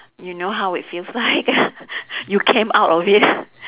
you know how it feels like you came out of it